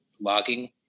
logging